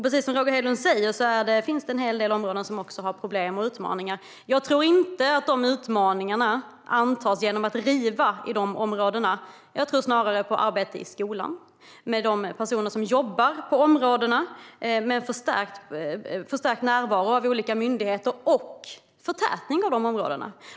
Precis som Roger Hedlund säger finns det en hel del områden som också har problem och utmaningar. Jag tror inte att man antar de utmaningarna genom att riva i de områdena. Jag tror snarare på arbete i skolan och med de personer som jobbar i områdena, på förstärkt närvaro av olika myndigheter och på förtätning av dessa områden.